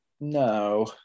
no